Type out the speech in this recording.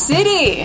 City